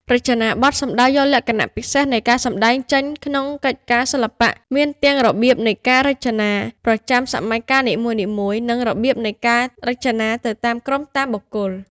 រចនាបថ សំដៅយកលក្ខណៈពិសេសនៃការសម្តែងចេញក្នុងកិច្ចការ សិល្បៈ មានទាំងរបៀបនៃការរចនាប្រចាំសម័យកាលនីមួយៗ និងរបៀបនៃការរចនាទៅតាមក្រុមតាមបុគ្គល។